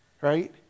Right